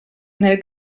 nel